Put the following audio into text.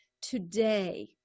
Today